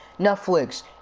Netflix